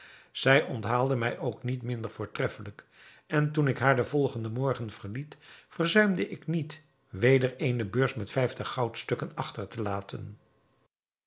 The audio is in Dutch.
zij onthaalde mij ook niet minder voortreffelijk en toen ik haar den volgenden morgen verliet verzuimde ik niet weder eene beurs met vijftig goudstukken achter te laten